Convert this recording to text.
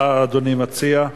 מה אדוני מציע?